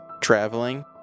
traveling